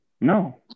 No